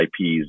ips